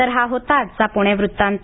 तर हा होता आजचा पुणे वृत्तांत